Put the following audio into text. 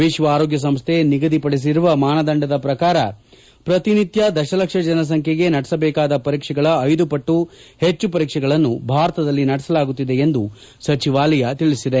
ವಿಶ್ವ ಆರೋಗ್ಯ ಸಂಸ್ಥೆ ನಿಗದಿಪದಿಸಿರುವ ಮಾನದಂಡದ ಪ್ರಕಾರ ಪ್ರತಿ ನಿತ್ಯ ದಶಲಕ್ಷ ಜನಸಂಖ್ಯೆಗೆ ನಡೆಸಬೇಕಾದ ಪರೀಕ್ಷೆಗಳ ಐದು ಪಟ್ಟು ಹೆಚ್ಚು ಪರೀಕ್ಷೆಗಳನ್ನು ಭಾರತದಲ್ಲಿ ನಡೆಸಲಾಗುತ್ತಿದೆ ಎಂದು ಸಚಿವಾಲಯ ತಿಳಿಸಿದೆ